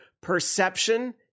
perception